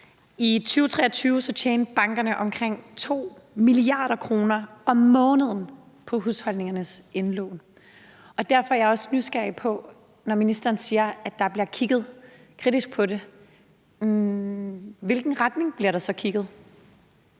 I 2023 tjente bankerne omkring 2 mia. kr. om måneden på husholdningernes indlån. Derfor er jeg også nysgerrig på – når ministeren siger, at der bliver kigget kritisk på det – hvilken retning der så bliver